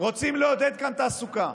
רוצים לעודד כאן תעסוקה,